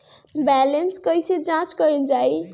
Balance कइसे जांच कइल जाइ?